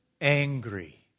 angry